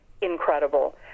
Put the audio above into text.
incredible